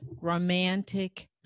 romantic